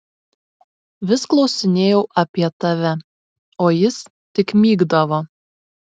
vis klausinėjau apie tave o jis tik mykdavo